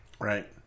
Right